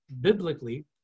Biblically